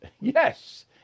Yes